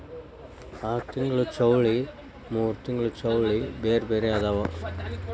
ಆರತಿಂಗ್ಳ ಚೌಳಿ ಮೂರತಿಂಗ್ಳ ಚೌಳಿ ಬ್ಯಾರೆ ಬ್ಯಾರೆ ಅದಾವ